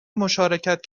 مشارکت